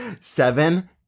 Seven